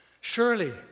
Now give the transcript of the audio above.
surely